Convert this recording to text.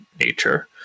nature